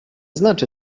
znaczy